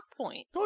point